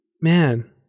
man